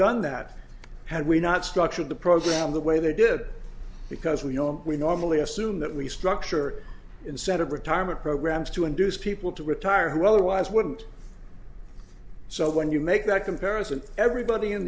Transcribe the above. done that had we not structured the program the way they did because we don't we normally assume that we structure instead of retirement programs to induce people to retire who otherwise wouldn't so when you make that comparison everybody in